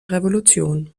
revolution